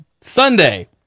Sunday